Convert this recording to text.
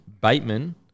Bateman